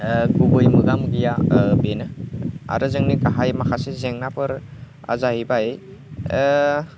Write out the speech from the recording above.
गुबै मोगा मोगिया बेनो आरो जोंनि गाहाय माखासे जेंनाफोरा जाहैबाय